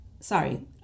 sorry